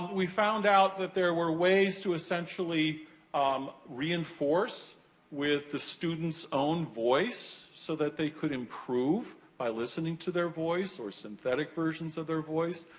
we found out that there were ways to essentially um reinforce with the student's own voice so that they could improve by listening to their voice or synthetic versions of their voice.